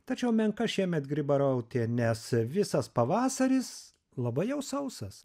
tačiau menka šiemet grybarautė nes visas pavasaris labai jau sausas